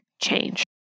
change